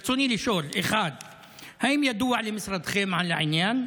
ברצוני לשאול: 1. האם ידוע למשרדכם על העניין?